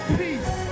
peace